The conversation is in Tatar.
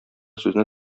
сүзне